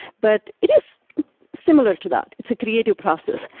but it is similar to that. it's a creative process.